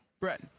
Brett